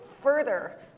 further